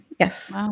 Yes